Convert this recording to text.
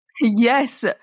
Yes